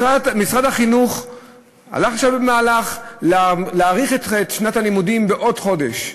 משרד החינוך הלך עכשיו למהלך להארכת שנת הלימודים בחודש.